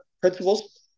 principles